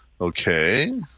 Okay